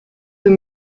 veut